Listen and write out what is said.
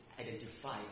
identify